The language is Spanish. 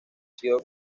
sido